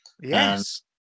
Yes